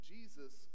Jesus